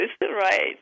right